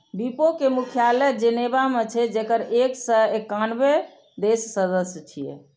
विपो के मुख्यालय जेनेवा मे छै, जेकर एक सय एकानबे देश सदस्य छियै